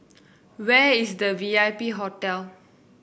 where is the V I P Hotel